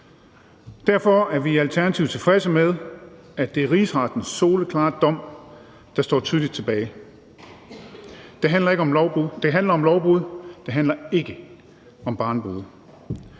Derfor er vi i Alternativet tilfredse med, at det er Rigsrettens soleklare dom, der står tydeligt tilbage. Det handler om lovbrud, det handler ikke om barnebrude.